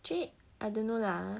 actually I don't know lah